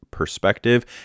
perspective